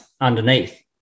underneath